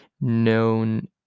known